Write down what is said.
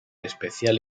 especial